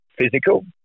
physical